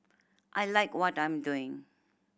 I like what I'm doing